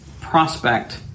prospect